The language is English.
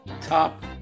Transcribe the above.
top